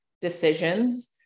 decisions